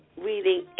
reading